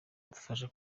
adufasha